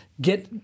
get